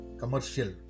commercial